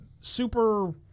super